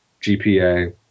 GPA